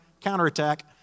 counterattack